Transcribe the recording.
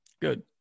Good